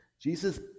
Jesus